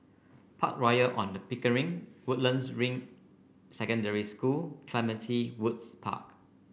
Park Royal On The Pickering Woodlands Ring Secondary School Clementi Woods Park